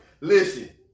Listen